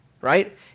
right